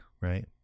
right